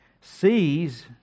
sees